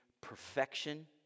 perfection